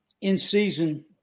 in-season